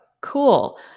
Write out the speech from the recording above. cool